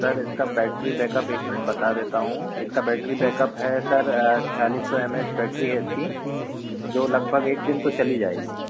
sir इसकी battery backup एक minute बता देता हूँ इसका बैटरी बैकअप है सर छियालीस सौ एम एच बैटरी है इसकी जो लगभग एक दिन तो चल ही जाएगी